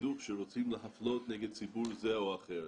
החינוך שרוצים להפלות נגד ציבור זה או אחר.